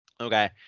Okay